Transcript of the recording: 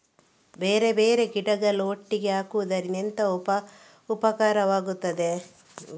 ಬೇರೆ ಬೇರೆ ಗಿಡಗಳು ಒಟ್ಟಿಗೆ ಹಾಕುದರಿಂದ ಎಂತ ಉಪಕಾರವಾಗುತ್ತದೆ?